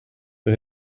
the